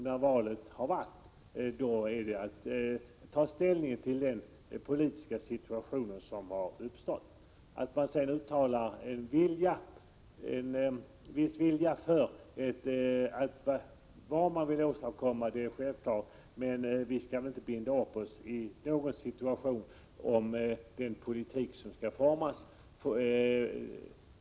När valet har varit har vi att ta ställning till den politiska situation som då har uppstått. Att man sedan uttalar en viss vilja och säger vad man vill åstadkomma är självklart. Men vi skall inte binda upp oss för vilken politik som skall föras.